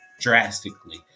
drastically